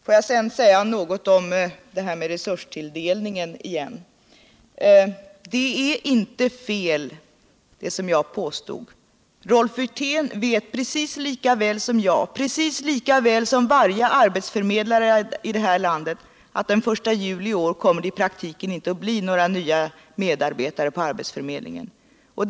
Får jag sedan säga något om resurstilldelningen igen. Det som jag påstått är inte fel. Rolf Wirtén vet precis lika väl som jag och precis lika väl som varje arbetsförmedlare i det här landet att den I juli i år kommer det i praktiken inte att bli några nya medarbetare på arbetsförmedlingarna.